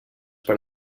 per